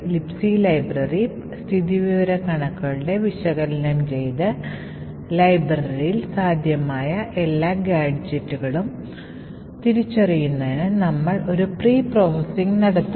Libc library സ്ഥിതിവിവരക്കണക്കിലൂടെ വിശകലനം ചെയ്ത് ലൈബ്രറിയിൽ സാധ്യമായ എല്ലാ ഗാഡ്ജെറ്റുകളും തിരിച്ചറിയുന്നതിന് നമ്മൾ ഒരു പ്രീ പ്രോസസ്സിംഗ് നടത്തും